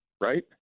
Right